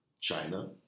China